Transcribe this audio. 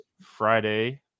Friday